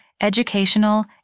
educational